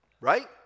right